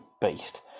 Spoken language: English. beast